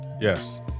yes